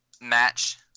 match